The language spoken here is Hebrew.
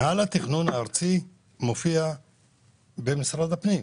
מינהל התכנון הארצי מופיע במשרד הפנים.